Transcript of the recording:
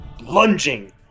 lunging